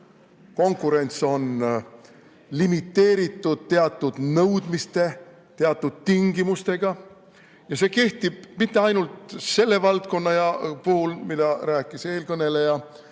konkurents on limiteeritud teatud nõudmiste, teatud tingimustega. See kehtib mitte ainult selle valdkonna puhul, millest rääkis eelkõneleja,